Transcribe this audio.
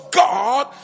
god